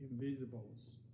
invisibles